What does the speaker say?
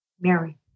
Mary